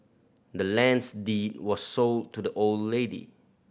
the land's deed was sold to the old lady